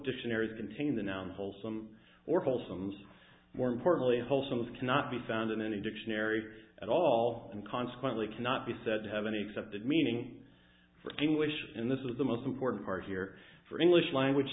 dictionaries contain the noun wholesome or balsams more importantly whole so it cannot be found in any dictionary at all and consequently cannot be said to have any accepted meanings for english and this is the most important part here for english language